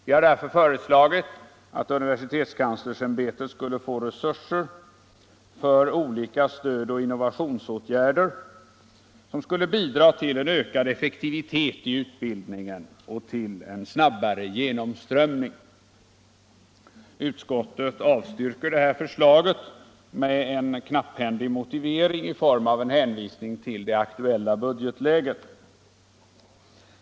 Vi har därför föreslagit att universitetskanslersämbetet skall få resurser för olika stödoch innovationsåtgärder, som skulle bidra till en ökad effektivitet i utbildningen och till en snabbare genomströmning. Utskottet avstyrker förslaget med en mycket knapphändig motivering i form av en hänvisning till det aktuella budgetläget.